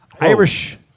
Irish